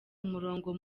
umurongo